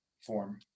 form